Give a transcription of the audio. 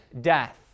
death